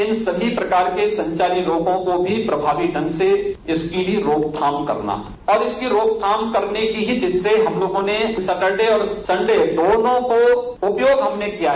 इन सभी प्रकार के संचारी रोगों को भी प्रभावी ढंग से इसकी भी रोकथाम करना और इसकी रोकथाम करने की ही जिससे हम लोगों ने सटरडे और सन्डे दोनों का उपयोग हमने किया है